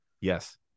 yes